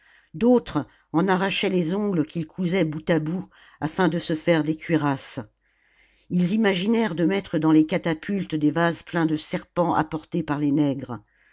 d'autres en arrachaient les ongles qu'ils cousaient bout à bout afin de se faire des cuirasses ils imaginèrent de mettre dans les catapultes des vases pleins de serpents apportés par les nègres